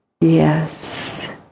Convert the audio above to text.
Yes